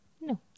no